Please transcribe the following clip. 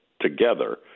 together